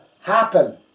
happen